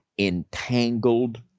entangled